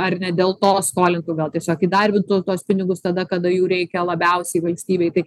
ar ne dėl to skolintu gal tiesiog įdarbintų tuos pinigus tada kada jų reikia labiausiai valstybei tai